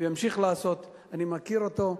וימשיך לעשות, אני מכיר אותו,